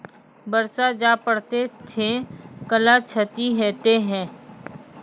बरसा जा पढ़ते थे कला क्षति हेतै है?